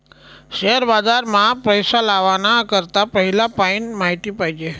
share बाजार मा पैसा लावाना करता पहिला पयीन माहिती पायजे